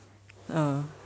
uh